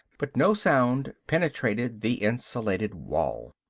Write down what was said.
but no sound penetrated the insulated wall.